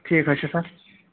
ٹھیٖک حظ چھُ سَر